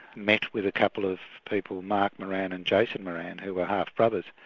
met with a couple of people, mark moran and jason moran, who were half brothers,